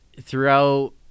throughout